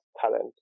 talent